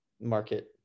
market